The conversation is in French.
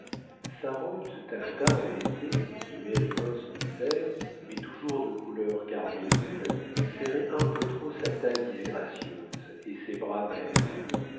sa robe de taffetas en été de mérinos en hiver mais toujours de couleur carmélite serrait un peu trop sa taille disgracieuse et ses bras maigres